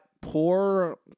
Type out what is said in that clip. poor